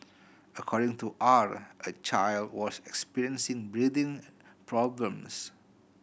according to R a child was experiencing breathing problems